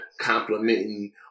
complimenting